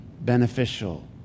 beneficial